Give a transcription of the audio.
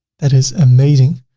that is amazing.